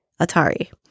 Atari